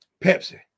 Pepsi